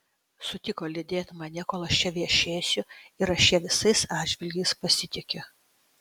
sutiko lydėt mane kol čia viešėsiu ir aš ja visais atžvilgiais pasitikiu